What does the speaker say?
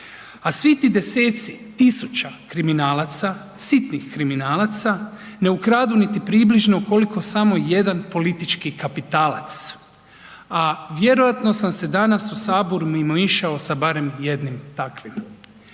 a svi ti 10-ci tisuća kriminalaca, sitnih kriminalaca ne ukradu niti približno koliko samo jedan politički kapitalac, a vjerojatno sam se danas u saboru mimoišao sa barem jednim takvim.